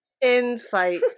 Insight